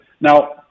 now